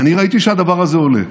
ואני ראיתי שהדבר הזה עולה.